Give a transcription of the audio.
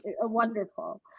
wonderful